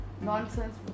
nonsense